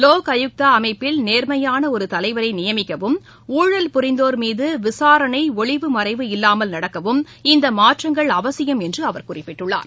லோக் ஆயுக்தா அமைப்பில் நேர்மையான ஒரு தலைவரை நியமிக்கவும் ஊழல் புரிந்தோர் மீது விசாரணை ஒளிவுமறைவு இல்லாமல் நடக்கவும் இந்த மாற்றங்கள் அவசியம் என்று அவர் குறிப்பிட்டுள்ளார்